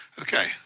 Okay